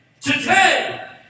Today